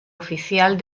oficial